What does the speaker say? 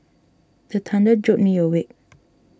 the thunder jolt me awake